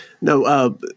No